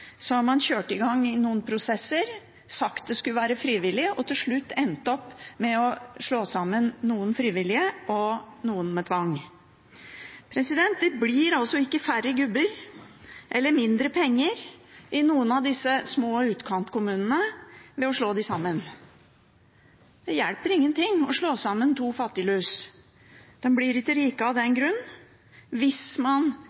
så har man kjørt i gang noen prosesser, sagt det skulle være frivillig, og til slutt endt opp med å slå sammen noen frivillige og noen med tvang. Det blir altså ikke færre gubber eller mer penger i noen av disse små utkantkommunene ved å slå dem sammen. Det hjelper ingen ting å slå sammen to fattiglus, de blir ikke rike av